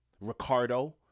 Ricardo